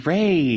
Ray